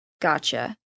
Gotcha